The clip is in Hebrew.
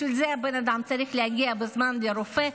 בשביל זה הבן אדם צריך להגיע בזמן לרופא,